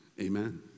amen